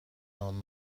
out